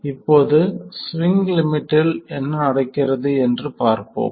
இப்போது ஸ்விங் லிமிட்டில் என்ன நடக்கிறது என்று பார்ப்போம்